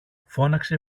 φώναξε